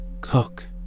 Cook